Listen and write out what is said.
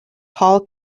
hall